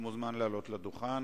שמוזמן לעלות לדוכן,